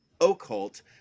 occult